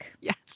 Yes